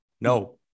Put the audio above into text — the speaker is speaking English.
No